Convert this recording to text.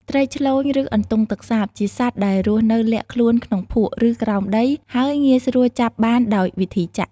ត្រីឆ្លូញ ឬអន្ទង់ទឹកសាប ជាសត្វដែលរស់នៅលាក់ខ្លួនក្នុងភក់ ឬក្រោមដី ហើយងាយស្រួលចាប់បានដោយវិធីចាក់។